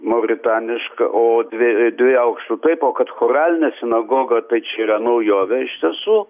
mauritaniška o dvie dviejų aukštų taip o kad choralinė sinagoga tai čia yra naujovė iš tiesų